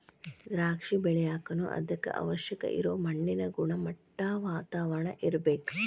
ದ್ರಾಕ್ಷಿ ಬೆಳಿಯಾಕನು ಅದಕ್ಕ ಅವಶ್ಯ ಇರು ಮಣ್ಣಿನ ಗುಣಮಟ್ಟಾ, ವಾತಾವರಣಾ ಇರ್ಬೇಕ